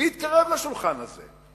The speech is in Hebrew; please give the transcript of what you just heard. מי יתקרב לשולחן הזה?